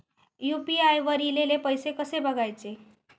UPI वर ईलेले पैसे कसे बघायचे?